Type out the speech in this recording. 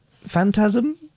phantasm